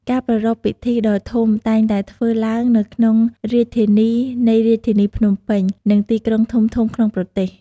ការប្រារព្ធពិធីដ៏ធំតែងតែធ្វើឡើងនៅក្នុងរាជធានីនៃរាជធានីភ្នំពេញ និងទីក្រុងធំៗក្នុងប្រទេស។